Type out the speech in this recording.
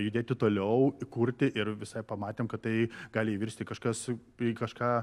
judėti toliau įkurti ir visai pamatėm kad tai gali virsti kažkas į kažką